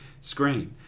screen